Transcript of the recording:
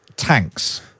tanks